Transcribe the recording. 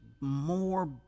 more